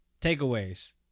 takeaways